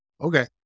Okay